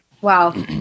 wow